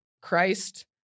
Christ